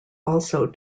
also